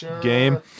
game